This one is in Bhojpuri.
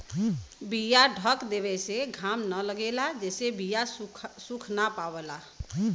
बीया ढक देवे से घाम न लगेला जेसे बीया सुख ना पावला